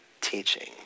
teaching